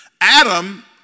Adam